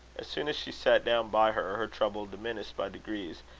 as soon as she sat down by her, her trouble diminished by degrees,